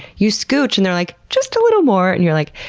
you scooch, and they're like, just a little more. and you're like,